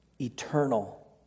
eternal